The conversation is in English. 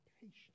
patience